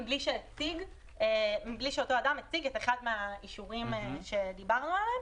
מבלי שאותו אדם הציג את אחד מהאישורים שדיברנו עליהם.